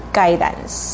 guidance